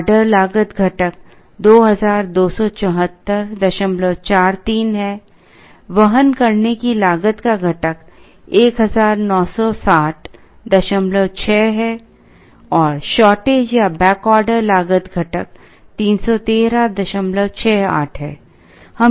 order लागत घटक 227443 है वहन करने की लागत का घटक 19606 है और शॉर्टेज या बैक ऑर्डर लागत घटक 31368 है